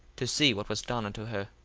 to see what was done unto her.